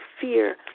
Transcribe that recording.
fear